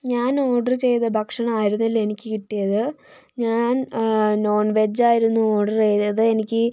ഞാൻ ഓർഡർ ചെയ്ത ഭക്ഷണം ആയിരുന്നില്ല എനിക്കു കിട്ടിയത് ഞാൻ നോൺ വെജ് ആയിരുന്നു ഓർഡർ ചെയ്തത് എനിക്കു